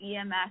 EMS